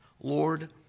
Lord